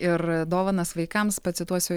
ir dovanas vaikams pacituosiu